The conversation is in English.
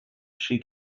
she